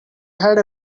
had